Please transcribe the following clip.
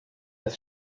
das